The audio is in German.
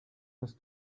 was